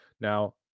Now